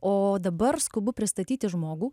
o dabar skubu pristatyti žmogų